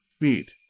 feet